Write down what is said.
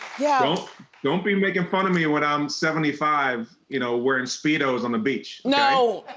yeah don't be making fun of me when i'm seventy five, you know, wearing speedos on the beach. no,